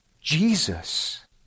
Jesus